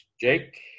Jake